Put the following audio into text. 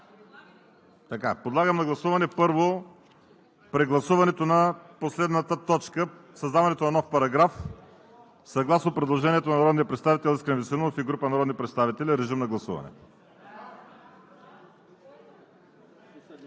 Подлагам на гласуване първо прегласуването на последната точка – създаването на нов параграф съгласно предложението на народния представител Искрен Веселинов и група народни представители. Гласували